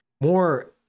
more